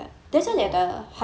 oh